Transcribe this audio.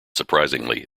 surprisingly